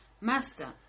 Master